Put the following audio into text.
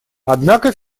однако